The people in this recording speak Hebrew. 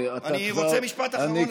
אני רוצה משפט אחרון.